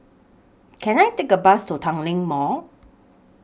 Can I Take A Bus to Tanglin Mall